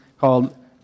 called